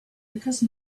because